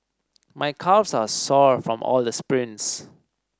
my calves are sore from all the sprints